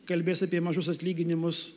kalbės apie mažus atlyginimus